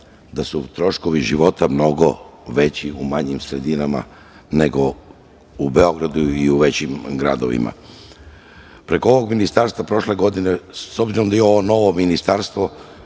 da su troškovi i života mnogo veći u manjim sredinama nego u Beogradu i većim gradovima. Preko ovog ministarstva prošle godine, a s obzirom da imamo ovo novo ministarstvo,